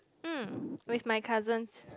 mm with my cousins